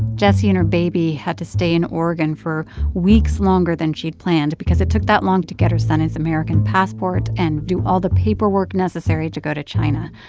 jessie and her baby had to stay in oregon for weeks longer than she'd planned because it took that long to get her son his american passport and do all the paperwork necessary to go to china.